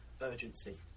urgency